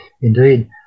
Indeed